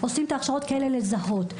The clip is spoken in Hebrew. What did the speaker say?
עושים הכשרות כאלה לזהות.